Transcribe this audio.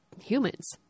humans